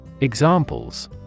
Examples